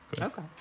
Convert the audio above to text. Okay